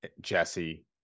jesse